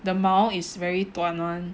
the 毛 is very 短 [one]